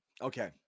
Okay